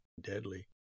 deadly